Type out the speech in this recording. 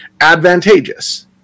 advantageous